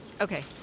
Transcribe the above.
Okay